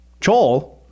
Chol